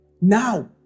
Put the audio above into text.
Now